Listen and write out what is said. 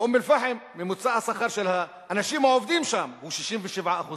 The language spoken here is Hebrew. באום-אל-פחם ממוצע השכר של האנשים העובדים הוא 67%,